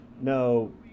No